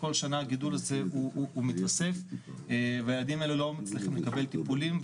כל שנה הגידול הזה מתווסף והילדים האלה לא מצליחים לקבל טיפולים,